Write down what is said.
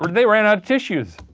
but they ran outta tissues!